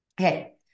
Okay